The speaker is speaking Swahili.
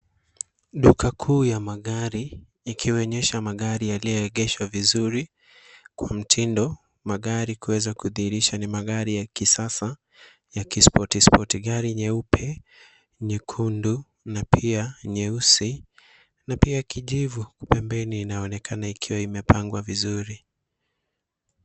Duka kuu ya magari ikionyesha magari yaliyoegeeshwa vizuri kwa mtindo. Magari kuweza kudhirisha ni magari ya kisasa ya kispoti spoti, gari nyeupe, nyekundu na pia nyeusi na pia kijivu kupembeni inaonekana ikiwa imepangwa vizuri.